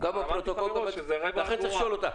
גם הפרוטוקול לא יידע, לכן צריך לשאול אותם.